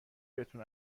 بهتون